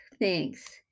thanks